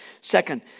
Second